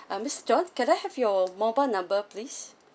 uh miss john can I have your mobile number please